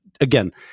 again